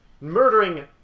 Murdering